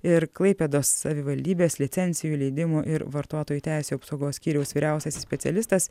ir klaipėdos savivaldybės licencijų leidimų ir vartotojų teisių apsaugos skyriaus vyriausiasis specialistas